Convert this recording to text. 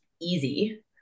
easy